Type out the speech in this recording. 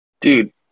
Dude